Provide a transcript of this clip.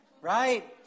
right